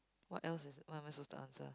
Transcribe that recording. what else is what am I supposed to answer